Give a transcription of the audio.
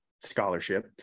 scholarship